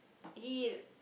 he